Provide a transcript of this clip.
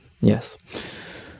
yes